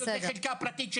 קיבה.